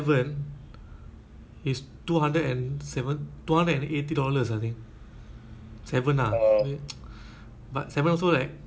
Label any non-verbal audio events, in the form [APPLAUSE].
is two hundred and seven two hundred and eighty dollars I think seven ah [NOISE] but seven also like